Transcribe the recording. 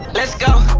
let's go